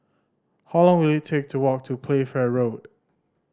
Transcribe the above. how long will it take to walk to Playfair Road